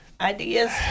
ideas